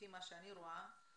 לפי מה שאני רואה,